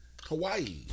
Hawaii